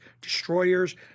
destroyers